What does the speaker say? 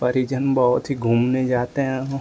परिजन बहुत ही घूमने जाते हैं